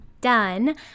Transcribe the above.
done